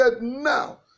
now